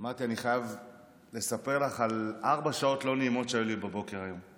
אמרתי שאני חייב לספר לך על ארבע שעות לא נעימות שהיו לי בבוקר היום.